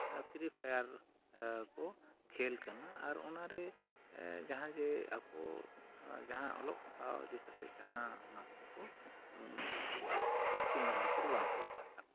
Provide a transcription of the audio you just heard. ᱯᱷᱤᱨᱤ ᱯᱷᱟᱭᱟᱨ ᱠᱚ ᱠᱷᱮᱞ ᱠᱟᱱᱟ ᱟᱨ ᱚᱱᱟᱨᱮ ᱡᱟᱦᱟᱸ ᱡᱮ ᱟᱠᱚ ᱡᱟᱦᱟᱸ ᱚᱞᱚᱜ ᱯᱟᱲᱦᱟᱣ ᱤᱫᱤ ᱠᱟᱛᱮᱫ ᱡᱟᱦᱟᱸ ᱚᱱᱟ ᱠᱚᱫᱚ ᱠᱚ ᱡᱟᱹᱥᱛᱤ ᱢᱮᱸᱫ ᱞᱩᱛᱩᱨ ᱵᱟᱝ ᱦᱩᱭᱩᱜ ᱠᱟᱱ ᱛᱟᱠᱚᱣᱟ